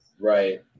Right